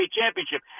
championship